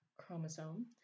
chromosome